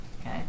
okay